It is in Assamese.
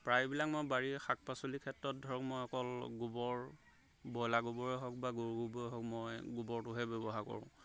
প্ৰায়বিলাক মই বাৰীৰ শাক পাচলি ক্ষেত্ৰত ধৰক মই অকল গোবৰ ব্ৰইলাৰ গোবৰেই হওক বা গৰু গোবৰেই হওক মই গোবৰটোহে ব্যৱহাৰ কৰোঁ